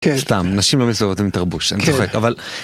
כן. סתם, נשים לא מסתובבות עם תרבוש, כן, אני צוחק, אבל...